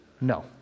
No